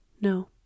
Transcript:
No